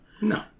No